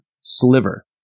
Sliver